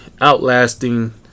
outlasting